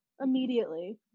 immediately